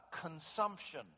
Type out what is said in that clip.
consumption